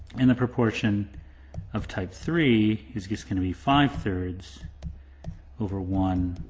and a proportion of type three, is just gonna be five thirds over one,